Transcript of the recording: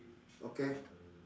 okay